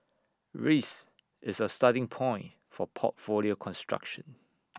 risk is our starting point for portfolio construction